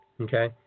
okay